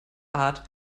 art